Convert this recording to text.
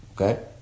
okay